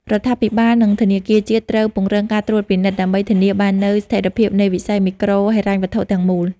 រដ្ឋាភិបាល និងធនាគារជាតិត្រូវពង្រឹងការត្រួតពិនិត្យ ដើម្បីធានាបាននូវស្ថិរភាពនៃវិស័យមីក្រូហិរញ្ញវត្ថុទាំងមូល។